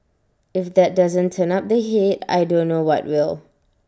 if that doesn't turn up the heat I don't know what will